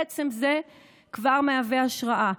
עצם זה כבר מהווה השראה.